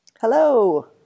Hello